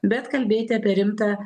bet kalbėti apie rimtą